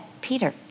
Peter